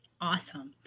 Awesome